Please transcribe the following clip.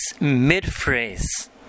mid-phrase